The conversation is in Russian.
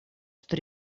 что